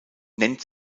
nennt